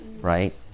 right